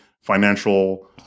financial